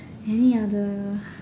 any other